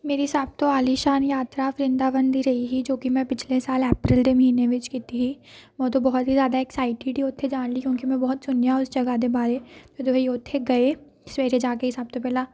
ਮੇਰੀ ਸਭ ਤੋਂ ਆਲੀਸ਼ਾਨ ਯਾਤਰਾ ਵ੍ਰਿੰਦਾਬਨ ਦੀ ਰਹੀ ਹੀ ਜੋ ਕਿ ਮੈਂ ਪਿਛਲੇ ਸਾਲ ਐਪ੍ਰਲ ਦੇ ਮਹੀਨੇ ਵਿੱਚ ਕੀਤੀ ਸੀ ਉਦੋਂ ਬਹੁਤ ਹੀ ਜ਼ਿਆਦਾ ਐਕਸਾਈਟਡ ਉੱਥੇ ਜਾਣ ਲਈ ਕਿਉਂਕਿ ਮੈਂ ਬਹੁਤ ਸੁਣਿਆ ਉਸ ਜਗ੍ਹਾ ਦੇ ਬਾਰੇ ਜਦੋਂ ਅਸੀਂ ਉੱਥੇ ਗਏ ਸਵੇਰੇ ਜਾ ਕੇ ਸਭ ਤੋਂ ਪਹਿਲਾਂ